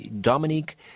Dominique